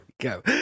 go